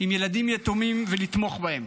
עם ילדים יתומים ולתמוך בהן